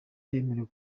yemerewe